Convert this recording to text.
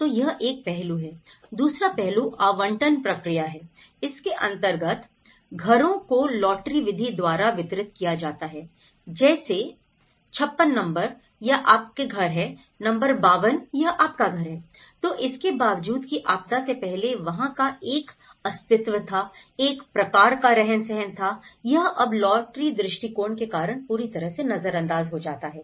तो यह एक पहलू है दूसरा पहलू आवंटन प्रक्रिया है इसके अंतर्गत घरों को लॉटरी विधि द्वारा वितरित किया जाता है जैसे 56 नंबर यह आपका घर है नंबर 52 यह आपका है तो इसके बावजूद कि आपदा से पहले वहां का एक अस्तित्व था एक प्रकार का रहन सहन था यह सब लॉटरी दृष्टिकोण के कारण पूरी तरह से नज़र अंदाज़ हो जाता है